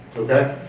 okay?